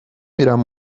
میرم